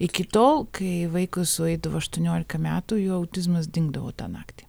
iki tol kai vaikui sueidavo aštuoniolika metų jo autizmas dingdavo tą naktį